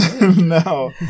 No